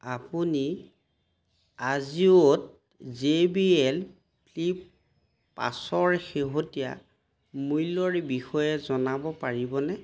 আপুনি আজিঅ'ত J B L Flip পাঁচৰ শেহতীয়া মূল্যৰ বিষয়ে জনাব পাৰিবনে